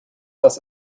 das